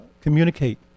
communicate